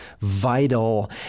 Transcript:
vital